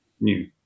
new